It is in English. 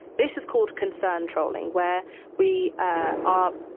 this is called concern trolling where we ah are,